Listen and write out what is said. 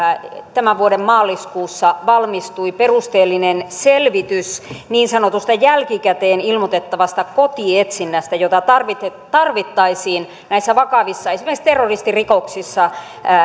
tämän vuoden maaliskuussa valmistui perusteellinen selvitys niin sanotusta jälkikäteen ilmoitettavasta kotietsinnästä jota tarvittaisiin tarvittaisiin esimerkiksi näissä vakavissa terroristirikoksissa